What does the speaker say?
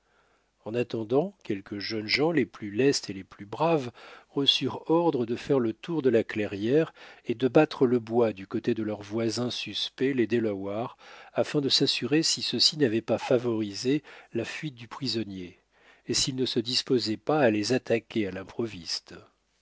en attendant quelques jeunes gens les plus lestes et les plus braves reçurent ordre de faire le tour de la clairière et de battre le bois du côté de leurs voisins suspects les delawares afin de s'assurer si ceux-ci n'avaient pas favorisé la fuite du prisonnier et s'ils ne se disposaient pas à les attaquer à l'improviste